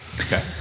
Okay